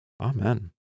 Amen